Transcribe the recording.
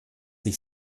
ich